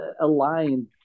aligned